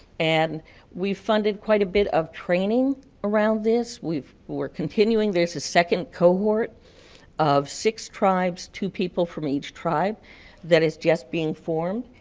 and we funded quite a bit of training around this, we're continuing, there's a second cohort of six tribes, two people from each tribe that is just being formed,